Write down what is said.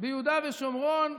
ביהודה ושומרון,